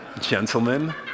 gentlemen